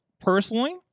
personally